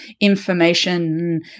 information